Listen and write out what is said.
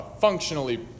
functionally